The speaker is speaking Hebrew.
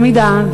במידה,